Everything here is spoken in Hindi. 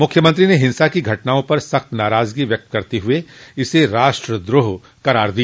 मूख्यमंत्री ने हिंसा की घटनाओं पर सख्त नाराजगी जताते हुए इसे राष्ट्र द्रोह करार दिया